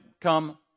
come